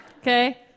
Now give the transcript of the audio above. Okay